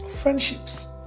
friendships